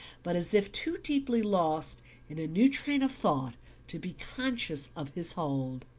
but as if too deeply lost in a new train of thought to be conscious of his hold.